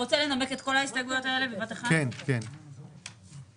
לנמק את ההסתייגויות האלה כולן כמקשה אחת.